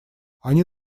они